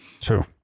True